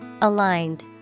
Aligned